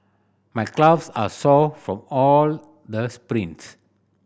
my calves are sore from all the sprints